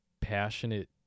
passionate